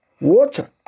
water